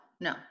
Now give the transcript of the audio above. no